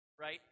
right